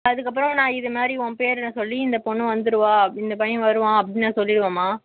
அதுக்கு அப்புறம் நான் இது மாதிரி உன் பேர் என்னென்னு சொல்லி இந்த பொண்ணு வந்துடுவா அப்படின்னு இந்த பையன் வருவான் அப்படின்னு சொல்லி நான் சொல்லிவிடுவேமா